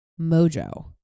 mojo